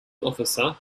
officer